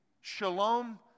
shalom